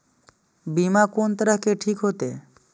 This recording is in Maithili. बीमा कोन तरह के ठीक होते?